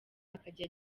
akajya